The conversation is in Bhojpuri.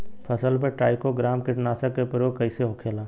फसल पे ट्राइको ग्राम कीटनाशक के प्रयोग कइसे होखेला?